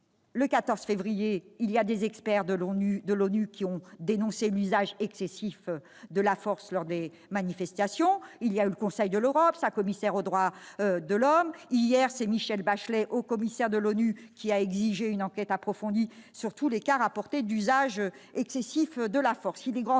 Le 14 février, des experts de l'ONU ont dénoncé l'usage excessif de la force lors des manifestations. Le Conseil de l'Europe et sa commissaire aux droits de l'homme ont suivi. Hier, c'est Michelle Bachelet, haut-commissaire des Nations unies, qui a exigé une enquête approfondie sur tous les cas rapportés d'usage excessif de la force.